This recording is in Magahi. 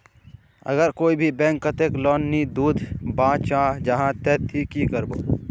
अगर कोई भी बैंक कतेक लोन नी दूध बा चाँ जाहा ते ती की करबो?